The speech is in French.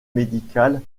médical